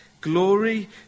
Glory